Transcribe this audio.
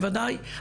בוודאי,